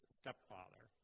stepfather